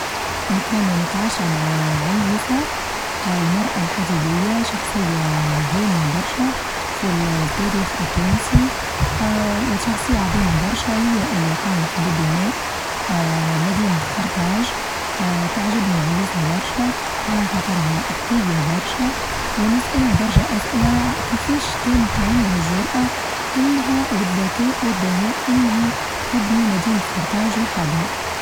نتمنى نتعشى مع عليسا المرأة الحديدية شخصية هامة برشا في ال-التاريخ التونسي آآ وشخصية عظيمة برشا هي اللي قامت ببناء آآ مدينة قرطاچ آآ تعجبني عليسا برشا على خاطرها ذكية برشا ونسألها برشا أسئلة كيفاش كانت عندها الچرأة أنها والذكاء والدهاء أنها تبني مدينة قرطاج وحدها.